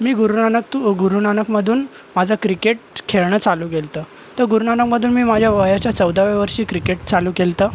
मी गुरू नानक तू गुरू नानकमधून माझं क्रिकेट खेळणं चालू केलं होतं तर गुरू नानकमधून मी माझ्या वयाच्या चौदाव्या वर्षी क्रिकेट चालू केलं होतं